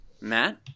Matt